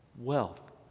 wealth